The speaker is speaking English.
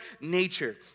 nature